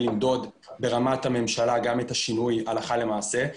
למדוד ברמת הממשלה גם את השינוי הלכה למעשה,